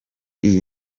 iyi